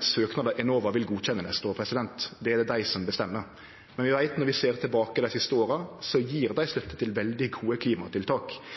søknader Enova vil godkjenne for neste år – det er det dei som bestemmer. Men når vi ser tilbake på dei siste åra, veit vi at dei gjev støtte